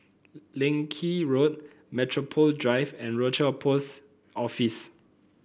Leng Kee Road Metropole Drive and Rochor Post Office